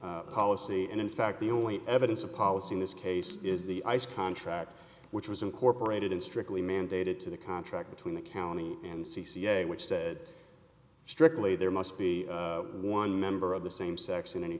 policy and in fact the only evidence of policy in this case is the ice contract which was incorporated in strictly mandated to the contract between the county and c c a which said strictly there must be one member of the same sex in any